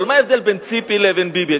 מה ההבדל בין ציפי לבין ביבי?